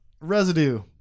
residue